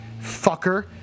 Fucker